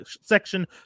section